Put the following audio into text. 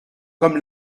comme